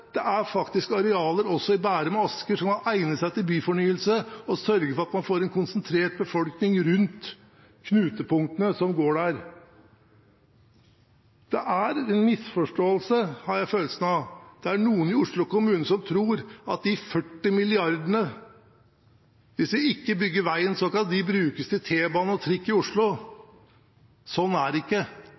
Det er faktisk arealer også i Bærum og Asker som kan egne seg til byfornyelse, og som kan sørge for at en får en konsentrert befolkning rundt knutepunktene som er der. Det er en misforståelse, har jeg følelsen av. Det er noen i Oslo kommune som tror at hvis vi ikke bygger veien, så kan de 40 mrd. kr brukes til T-bane og trikk i Oslo. Sånn er det ikke.